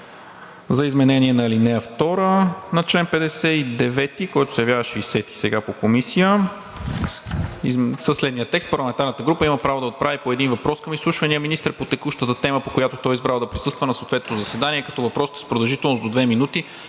за изменение на ал. 2 на чл. 59, който се явява чл. 60 сега по Комисия със следния текст: „(2) Парламентарната група има право да отправя и по един въпрос към изслушвания министър по текущата тема, по която той е избрал да присъства на съответното заседание, като въпросът е с продължителност до 2 минути.“